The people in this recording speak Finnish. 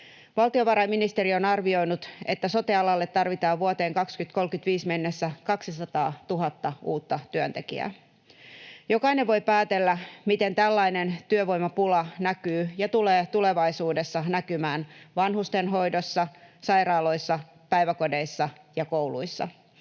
Valtiovarainministeriö on arvioinut, että sote-alalle tarvitaan vuoteen 2035 mennessä 200 000 uutta työntekijää. Jokainen voi päätellä, miten tällainen työvoimapula näkyy ja tulee tulevaisuudessa näkymään vanhustenhoidossa, sairaaloissa, päiväkodeissa ja kouluissa.